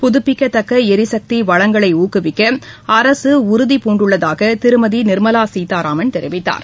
புதபிக்கத்தக்க எரிசக்தி வளங்களை ஊக்குவிக்க அரசு உறுதி பூண்டுள்ளதாக திருமதி நிா்மவா சீதாராமன் தெரிவித்தார்